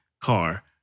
car